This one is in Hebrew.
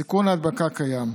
סיכון ההדבקה קיים,